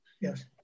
yes